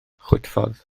chwitffordd